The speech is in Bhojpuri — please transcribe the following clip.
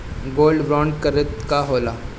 गोल्ड बोंड करतिं का होला?